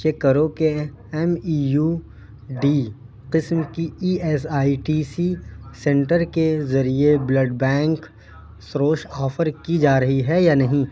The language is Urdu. چیک کرو کہ ایم ای یو ڈی قسم کی E S I T C centre کے ذریعے بلڈ بینک سروش آفر کی جا رہی ہے یا نہیں